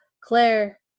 Claire